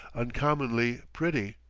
uncommonly pretty.